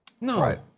no